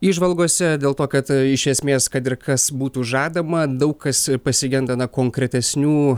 įžvalgose dėl to kad iš esmės kad ir kas būtų žadama daug kas pasigenda na konkretesnių